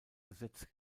gesetz